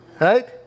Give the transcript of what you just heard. Right